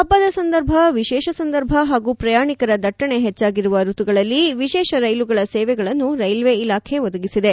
ಹಬ್ಬದ ಸಂದರ್ಭ ವಿಶೇಷ ಸಂದರ್ಭ ಹಾಗೂ ಪ್ರಯಾಣಿಕರ ದಟ್ಟಣೆ ಹೆಚ್ಚಾಗಿರುವ ಖುತುಗಳಲ್ಲಿ ವಿಶೇಷ ರೈಲುಗಳ ಸೇವೆಗಳನ್ನು ರೈಲ್ವೆ ಇಲಾಖೆ ಒದಗಿಸಿದೆ